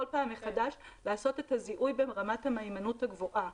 כלומר לעשות כל פעם מחדש את הזיהוי ברמת המהימנות הגבוהה.